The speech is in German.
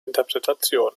interpretation